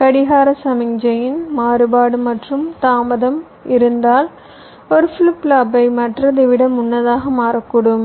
கடிகார சமிக்ஞையின் மாறுபாடு மற்றும் தாமதம் இருந்தால் ஒரு ஃபிளிப் ஃப்ளாப் மற்றதை விட முன்னதாக மாறக்கூடும்